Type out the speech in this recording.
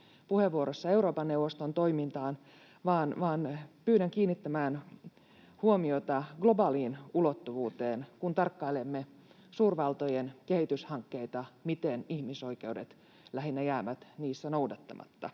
puheenvuorossa Euroopan neuvoston toimintaan, vaan pyydän kiinnittämään huomiota globaaliin ulottuvuuteen ja siihen, että kun tarkkailemme suurvaltojen kehityshankkeita, miten ihmisoikeudet lähinnä jäävät niissä noudattamatta.